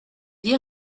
dire